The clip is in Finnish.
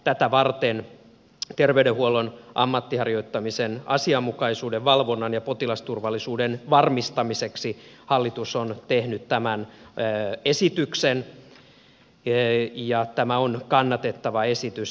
tätä varten terveydenhuollon ammatinharjoittamisen asianmukaisuuden valvonnan ja potilasturvallisuuden varmis tamiseksi hallitus on tehnyt tämän esityksen ja tämä on kannatettava esitys